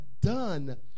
done